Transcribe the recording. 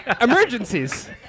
Emergencies